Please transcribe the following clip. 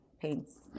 paints